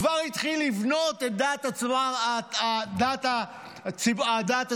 כבר התחיל לבנות את הדעה הציבורית,